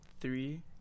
three